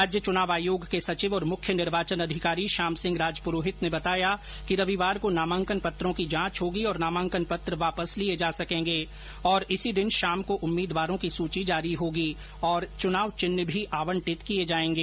राज्य चुनाव आयोग के सचिव और मुख्य निर्वाचन अधिकारी श्याम सिंह राजपुरोहित ने बताया कि रविवार को नामांकन पत्रों की जांच होगी और नामांकन पत्र वापस लिए जा सकेंगे और इसी दिन शाम को उम्मीदवारों की सूची जारी होगी और चुनाव चिन्ह भी आवंटित किए जाएंगे